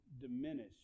diminish